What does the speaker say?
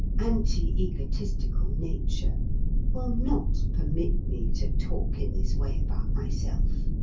anti-egotistical nature will not permit me to talk in this way about myself.